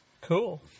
cool